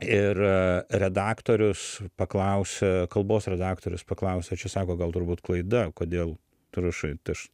ir redaktorius paklausė kalbos redaktorius paklausė čia sako gal turbūt klaida kodėl tu rašai tai aš